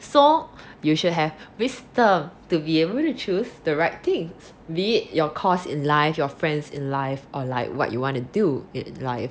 so you should have wisdom to be able to choose the right things be it your course in life your friends in life or like what you want to do in life